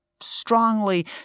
strongly